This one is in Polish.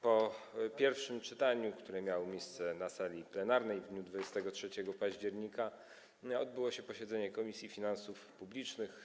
Po pierwszym czytaniu, które miało miejsce na sali plenarnej w dniu 23 października, odbyło się posiedzenie Komisji Finansów Publicznych.